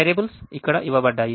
variables ఇక్కడ ఇవ్వబడ్డాయి